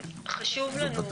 חשוב לנו,